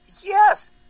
yes